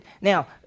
Now